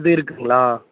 இது இருக்கும்ங்களா